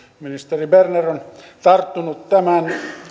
ministeri berner on tarttunut tämän